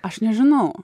aš nežinau